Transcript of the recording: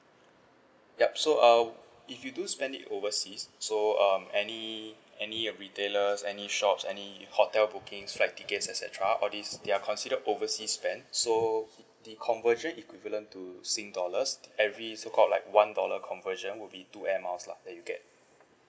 yup so uh if you do spend it overseas so um any any uh retailers any shops any hotel bookings flight tickets et cetera all these they're considered overseas spend so the conversion equivalent to sing dollars every so called like one dollar conversion would be two air miles lah that you get